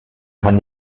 kann